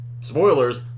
spoilers